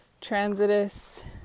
transitus